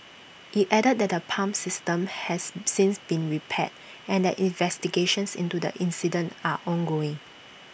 IT added that the pump system has since been repaired and that investigations into the incident are ongoing